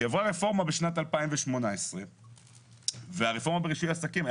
כי בשנת 2018 עברה רפורמה והרפורמה ברישוי עסקים,